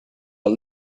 are